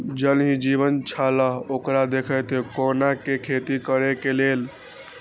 ज़ल ही जीवन छलाह ओकरा देखैत कोना के खेती करे के लेल कोन अच्छा विधि सबसँ अच्छा होयत?